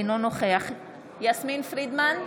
אינו נוכח יסמין פרידמן,